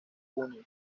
junio